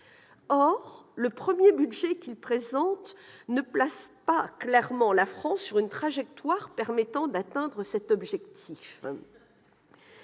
Or le premier budget qu'il présente ne place pas clairement la France sur une trajectoire permettant d'atteindre cet objectif.